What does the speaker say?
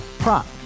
Prop